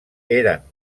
eren